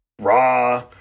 Raw